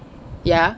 ya